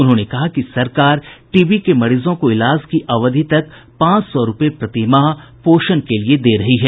उन्होंने कहा कि सरकार टीबी के मरीजों को इलाज की अवधि तक पांच सौ रूपये प्रतिमाह पोषण के लिए दे रही है